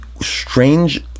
strange